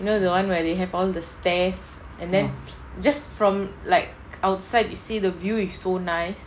you know the one where they have all the stairs and then just from like outside you see the view is so nice